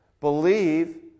believe